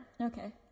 Okay